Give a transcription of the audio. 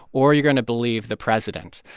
or are you going to believe the president?